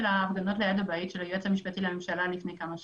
ההפגנות ליד בית היועץ המשפטי לממשלה לפני כמה שנים.